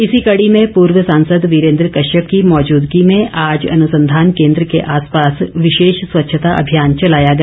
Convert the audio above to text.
इसी कड़ी में पूर्व सांसद वीरेन्द्र कश्यप की मौजूदगी में आज अनुसंधान केन्द्र के आसपास विशेष स्वच्छता अभियान चलाया गया